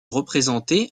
représenté